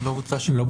לא.